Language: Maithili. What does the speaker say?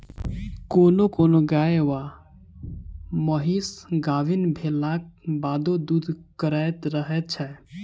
कोनो कोनो गाय वा महीस गाभीन भेलाक बादो दूध करैत रहैत छै